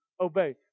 obey